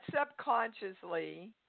subconsciously